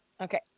okay